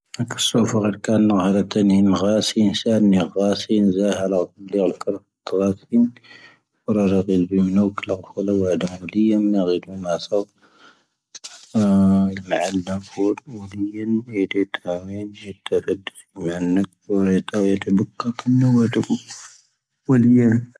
ⵏⴰⴽⴽⵓ ⵔⴰⴷⴷⵓ ⴼⴻⵢⵓⴽ ⵔⵓⵇⵇⴰⵢⵉ ⵎⴰⴽ ⵡⴰⵔⵉⵜ ⵏⵉⵢⴻⵜ ⵎⵉⵏⴻ ⵢⴰⵜ ⵡⴰⵔⵓⵙⵉⵍⵍⵓⵍⵍⴰⵀⵉ ⵔⵉⴷⵡⴰⵏⴰⵏ ⵎⴰⵜⴰ ⵎⴰⵇⵔⵓ ⵔⴰⵏ ⴼⵓⵜⴻⵜ ⵜⵉⵜ ⵎⴰⵓⵜ ⵙⵀⴻⵔⵉⵀ ⵎⵉⵢⴻⵇ ⵙⵓⵡⴰ ⵜⴰⵣⵍⵉⵎⴰ ⵇⵉⵏⴰ ⵇⵉⵏ ⵇⴰⵏ ⵀⵉⵢⴰ ⵎⴰⵣⵍⵓⵎⴰⵏ ⵀⴰⴷⵉ ⵡⴰⵔⵉⵙⵜⵉ ⵡⵉⵔⴽⵙⵀⴰ ⵔⴰⵏ ⵙⵓⵡⴰⵜ ⵜⵓⴳⴰⵔⴻⵜ ⵇⴰⵡⴰⵔⴻⵜ ⵙⵓⴽⴰⵔⴻⵏ ⵀⵓⵜ ⵀⴰⴽⴽⵉ ⵎⵓ ⵡⴰⵔⴻⵜ ⵙⵀⵉ ⵎⴰⵡⴰⵔⴻⵜ ⵙⵓ ⵡⴰⵜⵜⴰⴱⴰⵜⴻ ⵙⵓ ⵜⵓⵡⴻⵜ ⵜⵓ ⴱⴰⵜ ⵜⴰⵔⵔⴰⴱⴰ ⵏⴰⵜⵜⵓ ⵡⴰⵇ ⵇⴰⵜ ⵏⴰⴱⴰⵙⴽⵙⵀⵉ ⵀⴰⴰⵏⴳⴻⵎ